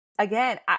Again